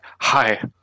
hi